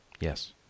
Yes